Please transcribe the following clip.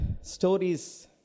stories